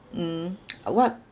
mm uh what